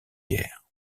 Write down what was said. guerre